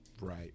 Right